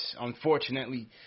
Unfortunately